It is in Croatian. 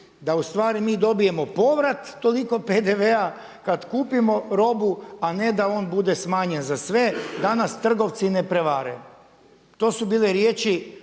da mi dobijemo povrat toliko PDV-a kada kupimo robu, a ne da on bude smanjen za sve da nas trgovci ne prevare. To su bile riječi